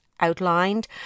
outlined